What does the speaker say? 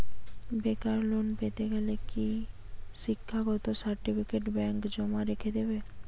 বেকার লোন পেতে গেলে কি শিক্ষাগত সার্টিফিকেট ব্যাঙ্ক জমা রেখে দেবে?